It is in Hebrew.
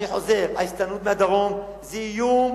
אני חוזר, ההסתננות מהדרום זה איום